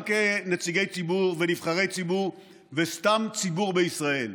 גם כנציגי ציבור ונבחרי ציבור, וסתם ציבור בישראל,